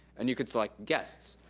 and you could select guests.